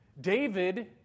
David